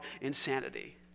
insanity